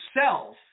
self